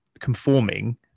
conforming